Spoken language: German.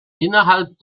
innerhalb